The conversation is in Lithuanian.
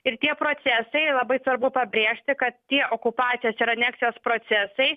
ir tie procesai labai svarbu pabrėžti kad tie okupacijos ir aneksijos procesai